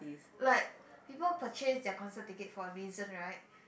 like people purchase their concert ticket for a reason right